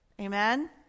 Amen